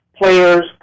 players